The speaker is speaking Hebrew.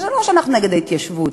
זה לא שאנחנו נגד ההתיישבות,